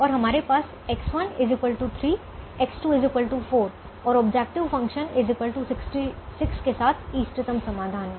और हमारे पास X1 3 X2 4 और ऑब्जेक्टिव फ़ंक्शन 66 के साथ इष्टतम समाधान है